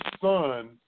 son